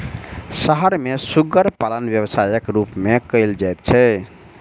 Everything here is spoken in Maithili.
शहर मे सुग्गर पालन व्यवसायक रूप मे कयल जाइत छै